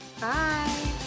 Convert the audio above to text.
Bye